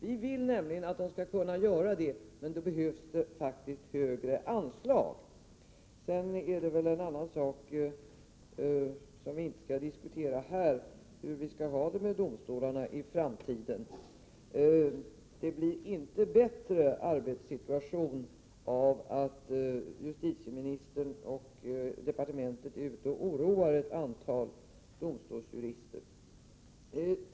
Vi vill nämligen att de skall kunna göra det, men då behövs faktiskt högre anslag. Sedan är det väl en annan sak — som vi inte skall diskutera nu — hur vi skall ha det med domstolarna i framtiden. Det blir inte bättre arbetssituation av att justitieministern och departementet går ut och oroar ett antal domstolsjurister.